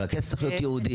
אבל הכסף צריך להיות ייעודי,